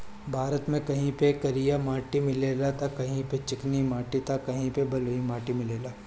भारत में कहीं पे करिया माटी मिलेला त कहीं पे चिकनी माटी त कहीं पे बलुई माटी मिलेला